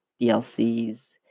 DLCs